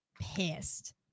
pissed